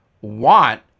want